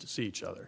to see each other